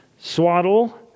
swaddle